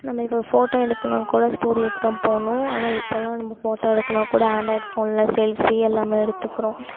நம்ம இப்போ ஃபோட்டோ எடுக்கணுனால் கூட ஸ்டூடியோவுக்கு தான் போகணும் ஆனால் இப்போலாம் நம்ம ஃபோட்டோ எடுக்கணுனால் கூட ஆண்ட்ராய்ட் ஃபோனில் செல்ஃபி எல்லாமே எடுத்துக்கிறோம்